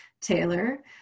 Taylor